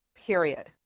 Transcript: period